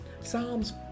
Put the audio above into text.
Psalms